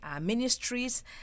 ministries